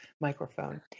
microphone